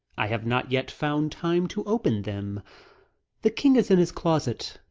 i have not yet found time to open them the king is in his closet,